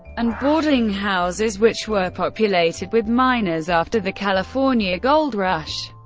and boardinghouses which were populated with miners after the california gold rush,